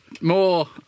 More